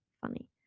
funny